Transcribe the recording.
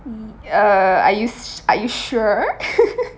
!ee! uh are you su~ are you sure